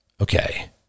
Okay